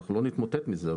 אנחנו לא נתמוטט מזה,